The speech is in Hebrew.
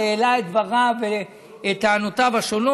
של משרד האוצר העלה את דבריו, את טענותיו השונות.